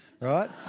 right